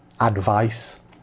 advice